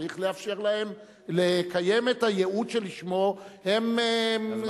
צריך לאפשר להם לקיים את הייעוד שלשמו הם קיימים.